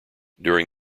during